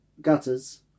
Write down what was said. gutters